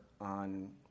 on